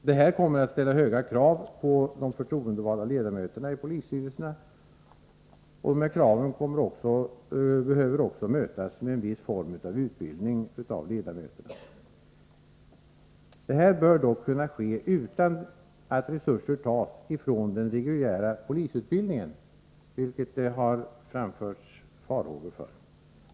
Detta kommer att ställa höga krav på de förtroendevalda ledamöterna i polisstyrelserna. De kraven behöver mötas med en viss form av utbildning av ledamöterna. Detta bör dock kunna ske utan att resurser tas från den reguljära:polisutbildningensivilket detchar.framförtsifarhågor för.